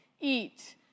eat